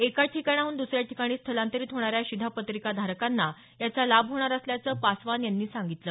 एका ठिकाणाहून दुसऱ्या ठिकाणी स्थलांतरित होणाऱ्या शिधापत्रिकाधारकांना याचा लाभ होणार असल्याचं पासवान यांनी सांगितलं